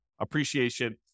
appreciation